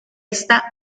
esta